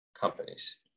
companies